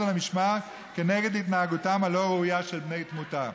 על המשמר כנגד התנהגותם הלא-ראויה של בני תמותה."